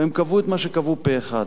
והם קבעו את מה שקבעו פה-אחד,